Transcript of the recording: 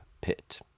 pit